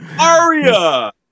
Aria